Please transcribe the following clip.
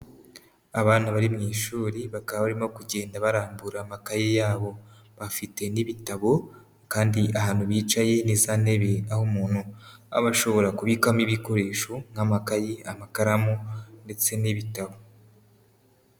Abana bari mu ishuri bakaba barimo kugenda barambura amakaye yabo bafite n'ibitabo kandi ahantu bicaye ni za ntebe aho umuntu aba ashobora kubikamo ibikoresho nk'amakayi, amakaramu ndetse n'ibitabo.